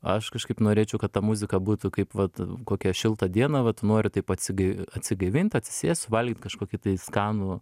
aš kažkaip norėčiau kad ta muzika būtų kaip vat kokią šiltą dieną vat tu nori taip atsigai atsigaivint atsisėst suvalgyt kažkokį tai skanų